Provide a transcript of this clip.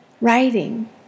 writing